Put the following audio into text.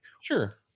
sure